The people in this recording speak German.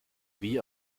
wie